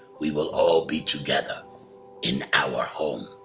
we will all be together in our home.